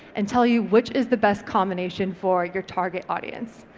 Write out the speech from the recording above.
and tell you which is the best combination for your target audience.